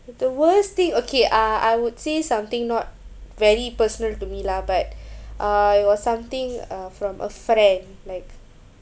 the worst thing okay uh I would say something not very personal to me lah but uh it was something uh from a friend like